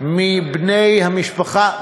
מבני המשפחה.